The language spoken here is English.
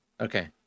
Okay